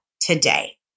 today